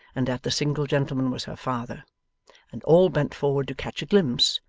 and that the single gentleman was her father and all bent forward to catch a glimpse,